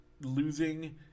losing